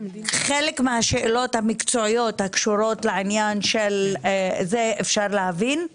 חלק מהשאלות המקצועיות הקשורות לעניין של זה אפשר להבין,